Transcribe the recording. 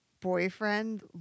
boyfriend